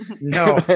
No